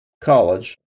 college